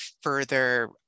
further